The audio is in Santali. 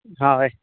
ᱦᱚᱭ